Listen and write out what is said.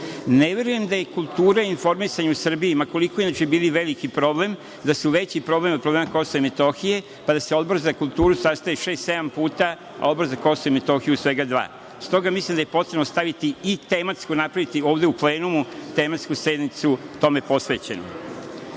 Ne verujem da je kultura i informisanje u Srbiji, ma koliko inače bili veliki problem, da su veći problem od problema Kosova i Metohije, pa da se Odbor za kulturu sastaje šest, sedam puta, a Odbor za Kosovo i Metohiju svega dva. Stoga mislim da je potrebno staviti i napraviti ovde u plenumu tematsku sednicu tome posvećenu. Treće